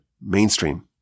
mainstream